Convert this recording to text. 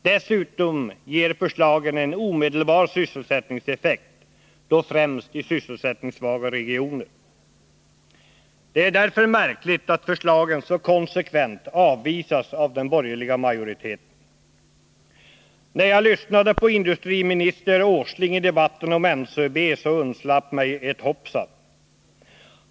Dessutom ger förslagen en omedelbar sysselsättningseffekt, då främst i sysselsättningssvaga regioner. Det är därför märkligt att förslagen så konsekvent avvisas av den borgerliga majoriteten. När jag lyssnade på industriminister Åsling i debatten om NCB undslapp mig ett hoppsan.